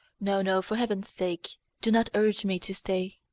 no, no, for heaven's sake do not urge me to stay.